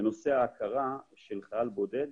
בנושא ההכרה של חייל בודד